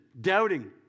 doubting